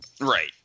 Right